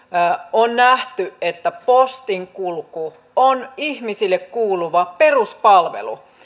on nähty että postinkulku on ihmisille kuuluva peruspalvelu